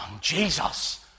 Jesus